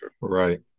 Right